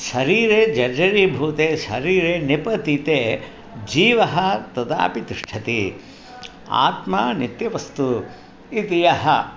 शरीरे जर्जरीभूते शरीरे निपतिते जीवः तदापि तिष्ठति आत्मा नित्यवस्तुः इति यः